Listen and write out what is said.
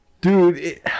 dude